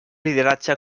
lideratge